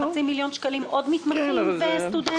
בחצי מיליון שקלים עוד מתמחים וסטודנטים?